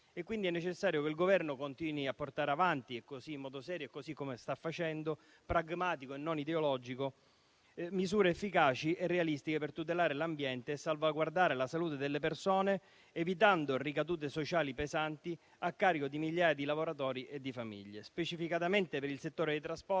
È quindi necessario che il Governo continui a portare avanti in modo serio, pragmatico e non ideologico - così come sta facendo - misure efficaci e realistiche per tutelare l'ambiente e salvaguardare la salute delle persone, evitando ricadute sociali pesanti a carico di migliaia di lavoratori e famiglie. Specificatamente per il settore dei trasporti